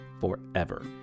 forever